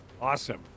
Awesome